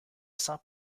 sang